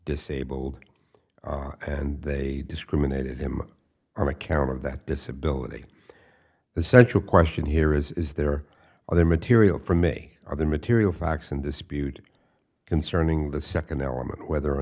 disabled and they discriminated him from account of that disability the central question here is is there other material from me or other material facts in dispute concerning the second element whether or